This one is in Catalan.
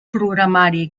programari